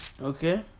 Okay